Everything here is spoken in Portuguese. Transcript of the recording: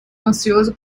ansioso